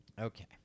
okay